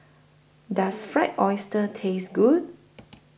Does Fried Oyster Taste Good